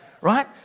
Right